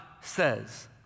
says